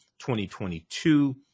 2022